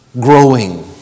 growing